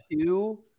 two